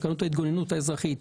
תקנות ההתגוננות האזרחית,